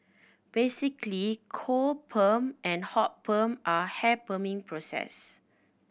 basically cold perm and hot perm are hair perming processes